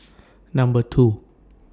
Number two